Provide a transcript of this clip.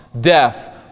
death